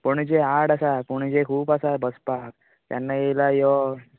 पणजे आठ आसा पणजे खूब आसा बसपाक केन्ना येयला यो